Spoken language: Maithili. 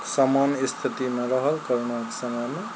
सामान्य स्थितिमे रहल करोनाके समयमे